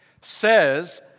says